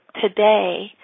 today